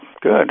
good